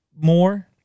more